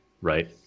right